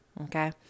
Okay